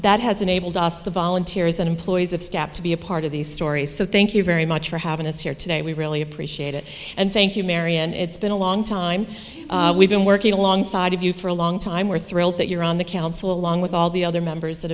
that has enabled us the volunteers and employees of scap to be a part of these stories so thank you very much for having us here today we really appreciate it and thank you marian it's been a long time we've been working alongside of you for a long time we're thrilled that you're on the council along with all the other members that